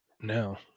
Now